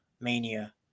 Mania